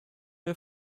der